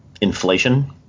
inflation